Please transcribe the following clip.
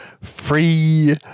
free